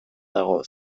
dago